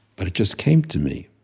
but it just came to me,